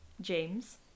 James